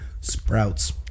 sprouts